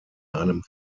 einem